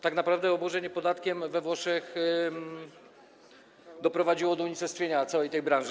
Tak naprawdę obłożenie podatkiem we Włoszech doprowadziło do unicestwienia całej tej branży.